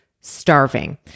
starving